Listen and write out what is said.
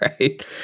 right